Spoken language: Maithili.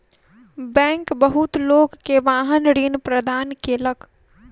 बैंक बहुत लोक के वाहन ऋण प्रदान केलक